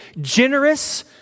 Generous